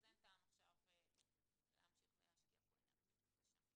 אז אין טעם עכשיו להמשיך ולהשקיע פה אנרגיה.